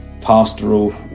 pastoral